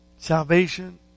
Salvation